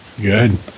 Good